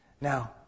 Now